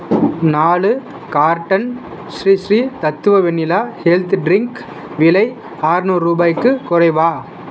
நாலு carton Sri Sri Tattva vanilla health drink விலை ஆற்நூறு ரூபாய்க்கு குறைவா